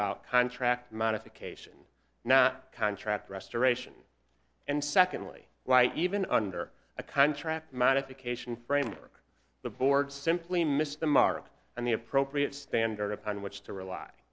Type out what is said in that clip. about contract modification not contract restoration and secondly why even under a contract modification framework the board simply missed the mark and the appropriate standard upon which to rely